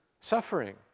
suffering